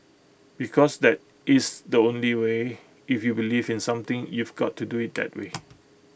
because that is the only way if you believe in something you've got to do IT that way